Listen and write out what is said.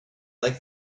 like